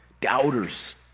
Doubters